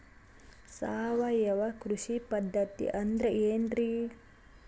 ಸಾವಯವ ಕೃಷಿ ಪದ್ಧತಿ ಅಂದ್ರೆ ಏನ್ರಿ?